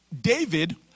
David